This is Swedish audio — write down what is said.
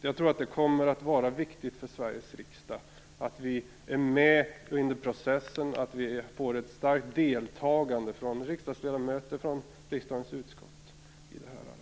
Jag tror att det är viktigt för Sveriges riksdag att vara med i processen och få ett starkt deltagande från riksdagsledamöter och från riksdagens utskott i det här arbetet.